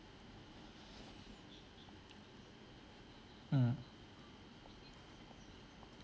mm